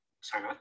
sorry